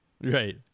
Right